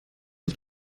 auf